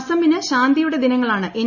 അസമിന് ശാന്തിയുടെ ദിനങ്ങളാണ് എൻ